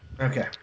Okay